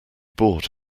bought